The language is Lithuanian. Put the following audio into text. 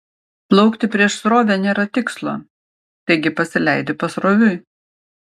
plaukti prieš srovę nėra tikslo taigi pasileidi pasroviui